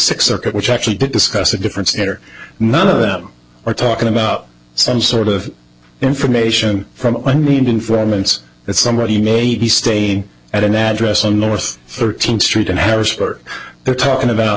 six circuit which actually did discuss the difference in or none of them are talking about some sort of information from i mean informants that somebody may be staying at an address on north thirteenth street in harrisburg they're talking about